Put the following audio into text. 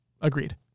Agreed